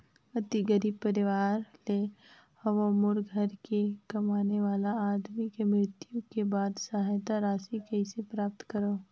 अति गरीब परवार ले हवं मोर घर के कमाने वाला आदमी के मृत्यु के बाद सहायता राशि कइसे प्राप्त करव?